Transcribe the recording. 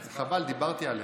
חבל, דיברתי עליך.